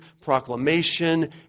proclamation